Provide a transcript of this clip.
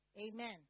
Amen